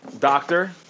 Doctor